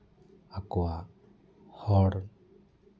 ᱟᱠᱚᱣᱟᱜ ᱦᱚᱨ